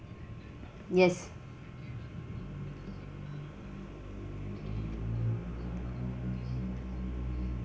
yes